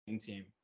team